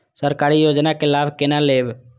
सरकारी योजना के लाभ केना लेब?